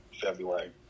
February